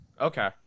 okay